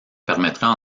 permettrait